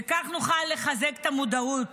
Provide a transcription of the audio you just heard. וכך נוכל לחזק את המודעות